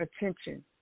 attention